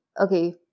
okay